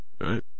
Right